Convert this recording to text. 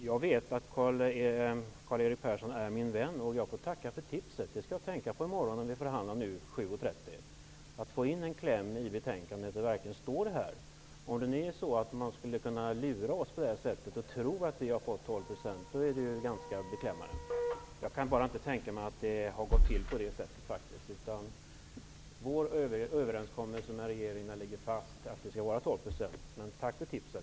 Herr talman! Jag vet att Karl-Erik Persson är min vän. Jag får tacka för tipset. Jag skall tänka på det i morgon kl. 7.30 när vi förhandlar och ser till att vi får en kläm i betänkandet där detta verkligen står. Om man på det här sättet har lurat oss att tro att det blir 12 %, är det ganska beklämmande. Jag kan bara inte tänka mig att det har gått till så. Vår överenskommelse med regeringen ligger fast, det skall vara 12 %. Men tack för tipset!